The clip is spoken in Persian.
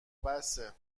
بسه